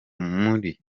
muri